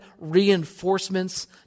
reinforcements